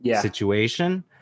situation